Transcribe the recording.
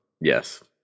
Yes